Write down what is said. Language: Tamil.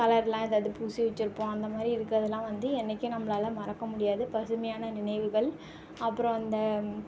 கலர்லாம் ஏதாவது பூசி வச்சுருப்போம் அந்த மாதிரி இருக்கிறது எல்லாம் வந்து என்னிக்கும் நம்மளால் மறக்க முடியாது பசுமையான நினைவுகள் அப்புறம் அந்த